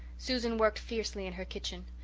susan worked fiercely in her kitchen,